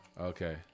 Okay